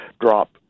drop